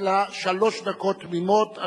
שלפיו יכול